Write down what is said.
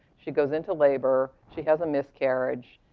she goes into labor. she has a miscarriage,